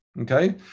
Okay